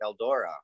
Eldora